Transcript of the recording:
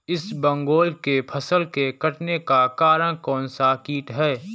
इसबगोल की फसल के कटने का कारण कौनसा कीट है?